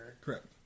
Correct